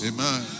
Amen